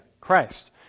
Christ